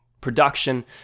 production